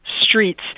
streets